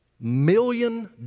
million